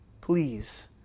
please